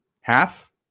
half